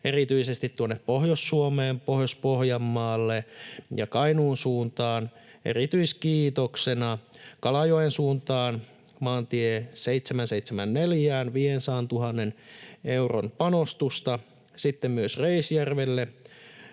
erityisesti tuonne Pohjois-Suomeen, Pohjois-Pohjanmaalle ja Kainuun suuntaan. Erityiskiitoksena Kalajoen suuntaan, maantie 774:ään, 500 000 euron panostuksesta, sitten on myös Reisjärvelle